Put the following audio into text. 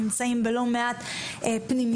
נמצאים בלא מעט פנימיות,